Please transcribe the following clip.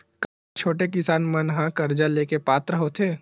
का छोटे किसान मन हा कर्जा ले के पात्र होथे?